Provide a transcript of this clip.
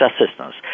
assistance